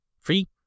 free